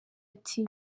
ati